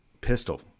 Pistol